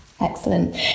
excellent